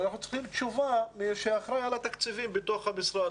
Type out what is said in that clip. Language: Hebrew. אנחנו צריכים תשובה ממי שאחראי על התקציבים בתוך המשרד,